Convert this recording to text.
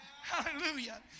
Hallelujah